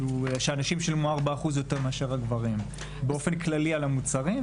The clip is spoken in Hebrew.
הנשים שילמו 4% יותר מאשר הגברים באופן כללי על המוצרים,